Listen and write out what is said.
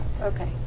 okay